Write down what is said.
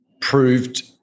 proved